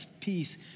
peace